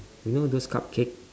you know those cupcake